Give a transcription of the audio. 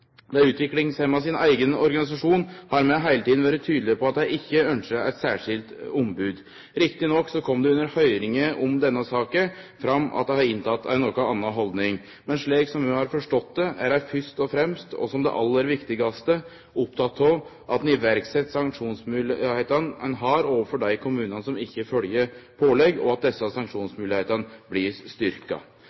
Dei utviklingshemma sin eigen organisasjon har heile tida vore tydeleg på at dei ikkje ønskjer eit særskilt ombod. Riktignok kom det under høyringa om denne saka fram at dei har ei noko anna haldning, men slik vi har forstått det, er ein først og fremst, og som det aller viktigaste, oppteken av at ein set i verk dei sanksjonsmoglegheitene ein har overfor dei kommunane som ikkje følgjer pålegg, og at desse sanksjonsmoglegheitene blir